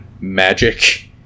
magic